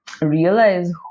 realize